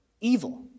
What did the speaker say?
evil